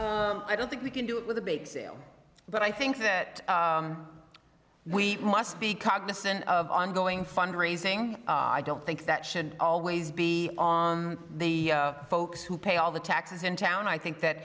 line i don't think we can do it with a big sale but i think that we must be cognizant of ongoing fund raising i don't think that should always be on the folks who pay all the taxes in town i think that